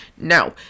No